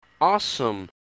Awesome